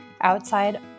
outside